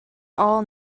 all